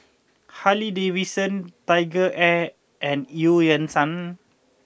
Harley Davidson TigerAir and Eu Yan Sang